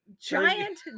giant